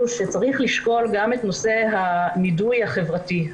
שצריך לשקול גם את נושא הנידוי החברתי.